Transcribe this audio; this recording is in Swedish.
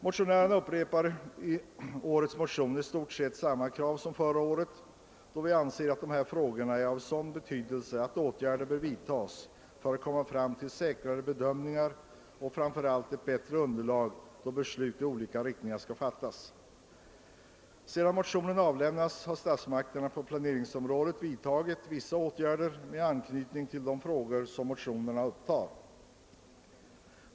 Motionärerna upprepar i år i stort sett samma krav som förra året, eftersom vi anser att dessa frågor har sådan betydelse att åtgärder bör vidtas för att möjliggöra säkrare bedömningar och framför allt ett bättre underlag då beslut i olika riktningar skall fattas. Sedan motionen avlämnats har statsmakterna på planeringsområdet vidtagit vissa åtgärder med anknytning till de frågor som upptas i vår motion.